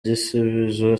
gisubizo